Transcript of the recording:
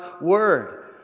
Word